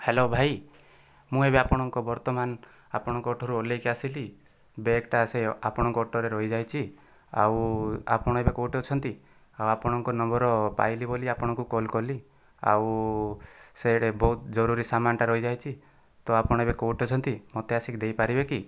hello ଭାଇ ମୁଁ ଏବେ ଆପଣଙ୍କ ବର୍ତ୍ତମାନ ଆପଣଙ୍କଠାରୁ ଓଲେହିକି ଆସିଲି ବ୍ୟାଗ ଟା ସେହି ଆପଣଙ୍କ ଅଟୋରେ ରହିଯାଇଛି ଆଉ ଆପଣ ଏବେ କେଉଁଠି ଅଛନ୍ତି ଆଉ ଆପଣଙ୍କ ନମ୍ବର ପାଇଲି ବୋଲି ଆପଣଙ୍କୁ କଲ୍ କଲି ଆଉ ସେଥିରେ ବହୁତ ଜରୁରୀ ସମାନ୍ ଟା ରହିଯାଇଛି ତ ଆପଣ ଏବେ କେଉଁଠି ଅଛନ୍ତି ମୋତେ ଆସିକି ଦେଇପାରିବେ କି